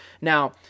Now